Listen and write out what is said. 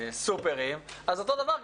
סופרים אז אותו הדבר,